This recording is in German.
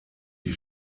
die